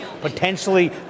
potentially